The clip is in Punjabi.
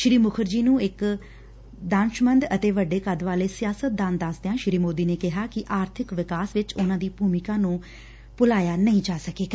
ਸ੍ਰੀ ਮੁਖਰਜੀ ਨੂੰ ਇਕ ਦਾਨਸਮੰਦ ਅਤੇ ਵੱਡੇ ਕੱਦ ਵਾਲੇ ਸਿਆਸਤਦਾਨ ਦਸਦਿਆਂ ਸ੍ਰੀ ਮੋਦੀ ਨੇ ਕਿਹਾ ਕਿ ਆਰਥਿਕ ਵਿਕਾਸ ਵਿਚ ਉਨਾਂ ਦੀ ਭੂਮਿਕਾ ਨੂੰ ਭੁਲਾਇਆ ਨਹੀ ਜਾ ਸਕੇਗਾ